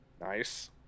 Nice